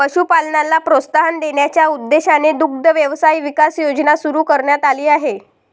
पशुपालनाला प्रोत्साहन देण्याच्या उद्देशाने दुग्ध व्यवसाय विकास योजना सुरू करण्यात आली आहे